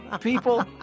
People